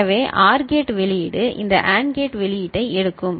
எனவே OR gate வெளியீடு இந்த AND கேட் வெளியீட்டை எடுக்கும்